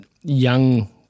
young